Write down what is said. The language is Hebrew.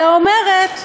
אלא אומרת: